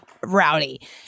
rowdy